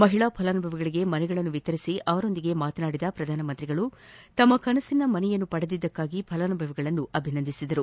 ಮಹಿಳಾ ಫಲಾನುಭವಿಗಳಿಗೆ ಮನೆಗಳನ್ನು ವಿತರಿಸಿ ಅವರೊಂದಿಗೆ ಮಾತನಾಡಿದ ಪ್ರಧಾನಮಂತ್ರಿ ಅವರು ತಮ್ಮ ಕನಸಿನ ಮನೆಯನ್ನು ಪಡೆದಿದ್ದಕ್ಕಾಗಿ ಫಲಾನುಭವಿಗಳನ್ನು ಅಭಿನಂದಿಸಿದರು